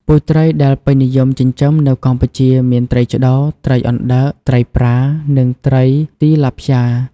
ពូជត្រីដែលពេញនិយមចិញ្ចឹមនៅកម្ពុជាមាន ត្រីឆ្តោរ ត្រីអណ្តើក ត្រីប្រា និង ត្រីទីឡាព្យ៉ា។